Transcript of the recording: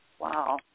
Wow